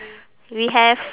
we have